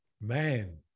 Man